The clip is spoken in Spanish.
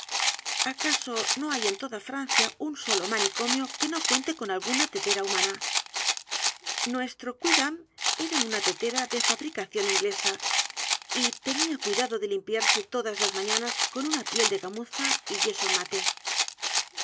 acaso no hay en toda francia un solo manicomio que no cuente con alguna tetera humana nuestro quidám era una tetera de fabricación inglesa y tenía cuidado de limpiarse todas las mañanas con una piel de gamuza y yeso mate